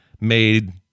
made